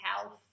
health